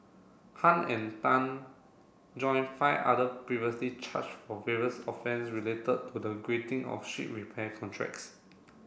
Han and Tan join five other previously charged for various offence related to the granting of ship repair contracts